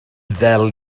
ddel